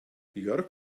jörg